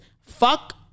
Fuck